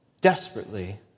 desperately